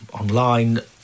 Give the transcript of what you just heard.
online